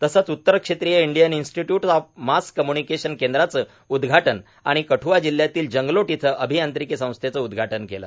तसंच उत्तर क्षेत्रीय Indian Institute of Mass Communication केंद्राच उद्घाटन आणि कठ्आ जिल्हयातील जंगलोट इथं अभियांत्रिकी संस्थेचं उद्घाटन केलं